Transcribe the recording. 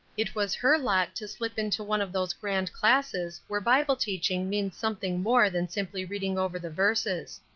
it was her lot to slip into one of those grand classes where bible teaching means something more than simply reading over the verses.